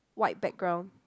white background